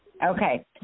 Okay